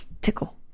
tickle